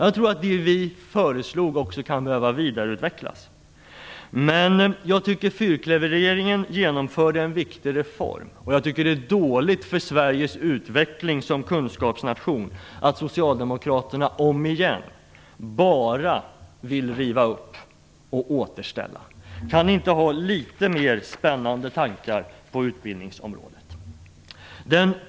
Jag tror att det vi föreslog också kan behöva vidareutvecklas, men jag tycker att fyrklöverregeringen genomförde en viktig reform. Jag tycker att det är dåligt för Sveriges utveckling som kunskapsnation att socialdemokraterna om igen bara vill riva upp och återställa. Kan ni inte ha litet mer spännande tankar på utbildningsområdet?